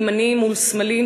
ימניים מול שמאליים,